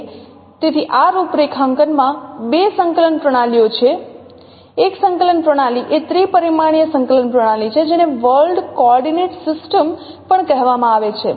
તેથી આ રૂપરેખાંકનમાં બે સંકલન પ્રણાલીઓ છે એક સંકલન પ્રણાલી એ ત્રિપરિમાણીય સંકલન પ્રણાલી છે જેને વર્લ્ડ કોઓર્ડિનેટ સિસ્ટમ પણ કહેવામાં આવે છે